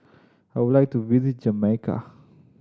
I would like to visit Jamaica